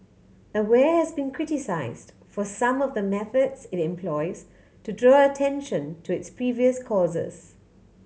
aware has been criticised for some of the methods it employs to draw attention to its previous causes